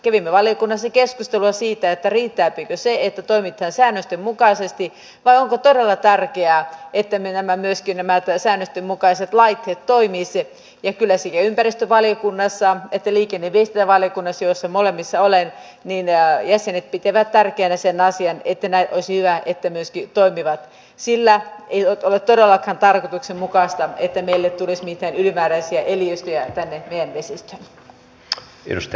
kävimme valiokunnassa keskustelua siitä riittääkö se että toimitaan säännösten mukaisesti vai onko todella tärkeää että myöskin nämä säännösten mukaiset laitteet toimisivat ja kyllä sekä ympäristövaliokunnassa että liikenne ja viestintävaliokunnassa joissa molemmissa olen jäsenet pitävät tärkeänä sitä asiaa että olisi hyvä että myöskin toimivat sillä ei ole todellakaan tarkoituksenmukaista että meille tulisi mitään ylimääräisiä eliöstöjä tänne meidän vesistöömme